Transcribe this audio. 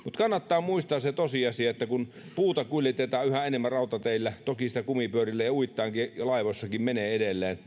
kannattaa muistaa se tosiasia että kun puuta kuljetetaan sahoille ja sellutehtaille yhä enemmän rautateillä toki sitä kumipyörillä ja uittaen ja laivoissakin menee edelleen